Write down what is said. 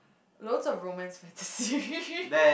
loads of romance